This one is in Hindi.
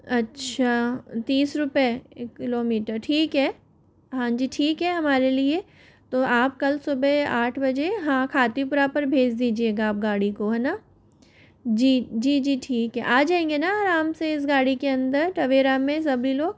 अच्छा तीस रुपये एक किलोमीटर ठीक है हाँ जी ठीक है हमारे लिए तो आप कल सुबह आठ बजे हाँ खातीपुरा पर भेज दीजिएगा आप गाड़ी को है ना जी जी जी ठीक है आ जाएंगे ना आराम से इस गाड़ी के अंदर टवेरा में सभी लोग